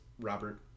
Robert